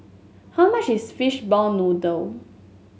how much is Fishball Noodle